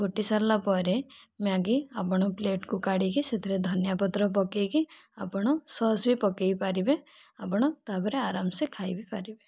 ଫୁଟି ସାରିଲା ପରେ ମ୍ୟାଗି ଆପଣ ପ୍ଲେଟ୍କୁ କାଢ଼ିକି ସେଥିରେ ଧନିଆ ପତ୍ର ପକାଇକି ଆପଣ ସସ୍ ବି ପକାଇପାରିବେ ଆପଣ ତା'ପରେ ଆରାମସେ ଖାଇ ବି ପାରିବେ